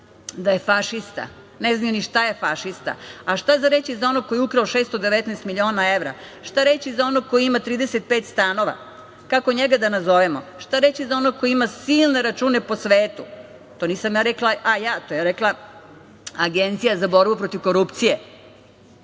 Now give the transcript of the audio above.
da je fašista. Ne znaju ni šta je fašista. Šta reći za onog koji je ukrao 619 miliona evra. Šta reći za onog koji ima 35 stanova, kako njega da nazovemo? Šta reći za onog ko ima silne račune po svetu. To nisam rekla ja, to je rekla Agencija za borbu protiv korupcije.